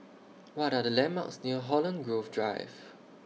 What Are The landmarks near Holland Grove Drive